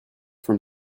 from